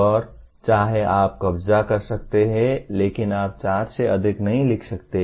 और चाहे आप कब्जा कर सकते हैं लेकिन आप चार से अधिक नहीं लिख सकते